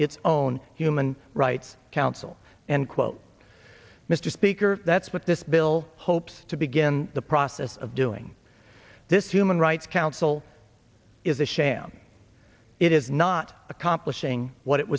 its own human rights council and quote mr speaker that's what this bill hopes to begin the process of doing this human rights council is a sham it is not accomplishing what it